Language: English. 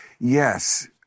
yes